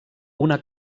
una